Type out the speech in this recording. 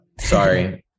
Sorry